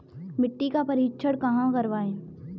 मिट्टी का परीक्षण कहाँ करवाएँ?